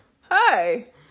Hi